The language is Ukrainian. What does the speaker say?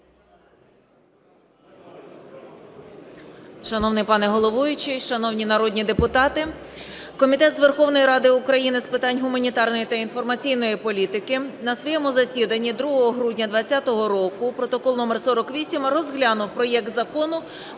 Шановний пане головуючий, шановні народні депутати! Комітет Верховної Ради України з питань гуманітарної та інформаційної політики на своєму засіданні 2 грудня 20-го року (протокол номер 48) розглянув проект Закону